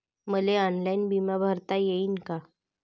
मले ऑनलाईन बिमा भरता येईन का?